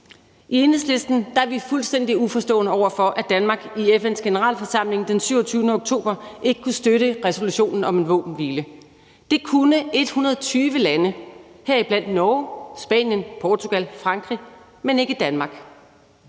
I Enhedslisten er vi fuldstændig uforstående over for, at Danmark i FN's generalforsamling den 27. oktober ikke kunne støtte resolutionen om en våbenhvile. Det kunne 120 lande, heriblandt Norge, Spanien, Portugal og Frankrig, men ikke Danmark.